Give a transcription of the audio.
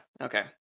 okay